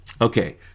Okay